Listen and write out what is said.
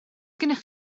gennych